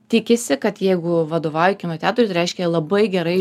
tikisi kad jeigu vadovauji kino teatrui tai reiškia labai gerai